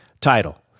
title